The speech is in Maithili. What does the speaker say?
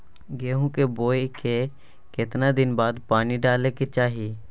गेहूं के बोय के केतना दिन बाद पानी डालय के चाही?